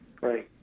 Right